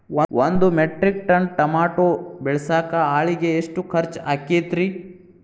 ಒಂದು metric ton tomato ಬೆಳಸಾಕ್ ಆಳಿಗೆ ಎಷ್ಟು ಖರ್ಚ್ ಆಕ್ಕೇತ್ರಿ?